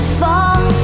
fall